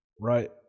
right